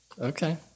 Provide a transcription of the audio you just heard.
Okay